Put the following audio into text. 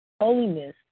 Holiness